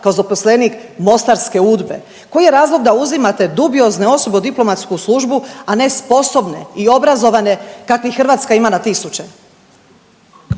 kao zaposlenik mostarske UDBA-e. Koji je razlog da uzimate dubiozne osobe u diplomatsku službu, a ne sposobne i obrazovane kakvih Hrvatska ima na tisuće?